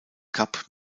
kap